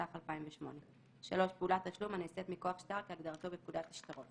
התשס"ח-2008 ; (3)פעולת תשלום הנעשית מכוח שטר כהגדרתו בפקודת השטרות ;